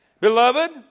Beloved